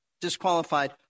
disqualified